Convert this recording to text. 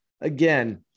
again